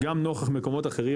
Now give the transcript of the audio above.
גם נוכח מקומות אחרים,